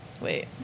wait